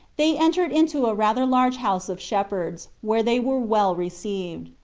they entered into a rather large house of shepherds, where they were well received.